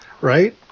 right